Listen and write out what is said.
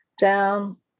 down